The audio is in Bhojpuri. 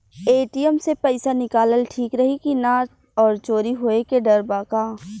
ए.टी.एम से पईसा निकालल ठीक रही की ना और चोरी होये के डर बा का?